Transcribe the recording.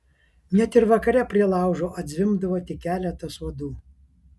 net ir vakare prie laužo atzvimbdavo tik keletas uodų